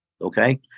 Okay